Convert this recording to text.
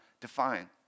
define